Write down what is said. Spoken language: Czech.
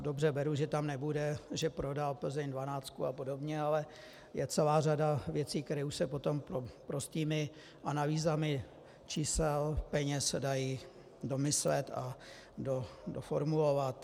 Dobře, beru, že tam nebude, že prodá plzeň dvanáctku a podobně, ale je celá řada věcí, které už se potom prostými analýzami čísel, peněz, dají domyslet a doformulovat.